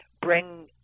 bring